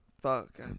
Fuck